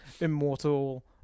immortal